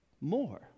more